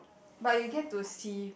but you get to see